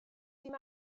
dim